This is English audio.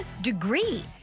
degree